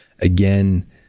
again